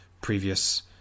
previous